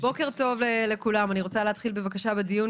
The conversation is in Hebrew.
בוקר טוב, אני מתכבדת לפתוח את הישיבה.